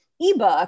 ebook